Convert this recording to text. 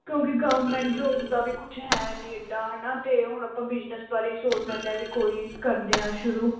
ਕਿਉਂਕਿ government job ਦਾ ਵੀ ਕੁਛ ਹੈ ਨੀ ਏਡਾ ਹੈ ਨਹੀਂ ਤਾਂ ਹੁਣ ਆਪਾਂ ਬਿਜ਼ਨਸ ਬਾਰੇ ਹੀ ਸੋਚ ਲੈਂਦੇ ਹਾਂ ਵੀ ਕੋਈ ਕਰਦੇ ਹਾਂ ਸ਼ੁਰੂ